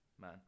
man